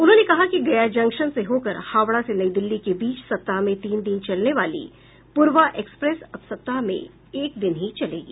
उन्होंने कहा कि गया जंक्शन से होकर हावड़ा से नई दिल्ली के बीच सप्ताह में तीन दिन चलने वाली प्रर्वा एक्सप्रेस अब सप्ताह में एक दिन ही चलेगी